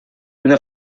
una